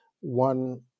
one